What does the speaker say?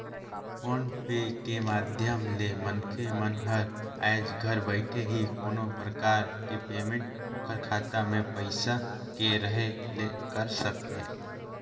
phone पे के माधियम ले मनखे मन हर आयज घर बइठे ही कोनो परकार के पेमेंट ओखर खाता मे पइसा के रहें ले कर सकथे